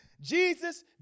Jesus